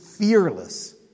Fearless